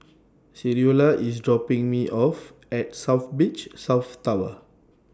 Creola IS dropping Me off At South Beach South Tower